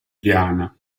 diana